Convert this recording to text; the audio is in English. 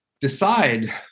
decide